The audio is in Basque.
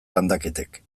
landaketek